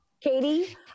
Katie